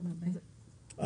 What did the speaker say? גם היצרנים פועלים כך.